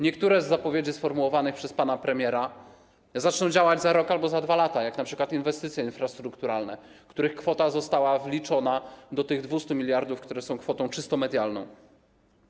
Niektóre z zapowiedzi sformułowanych przez pana premiera zaczną działać za rok albo za 2 lata, jak np. inwestycje infrastrukturalne, których kwota została wliczona do tych 200 mld, czysto medialnych.